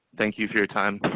thank you for your time.